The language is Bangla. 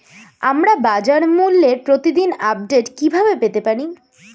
আমরা বাজারমূল্যের প্রতিদিন আপডেট কিভাবে পেতে পারি?